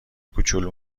کوچول